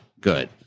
good